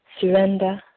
Surrender